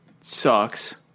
sucks